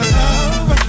love